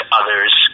others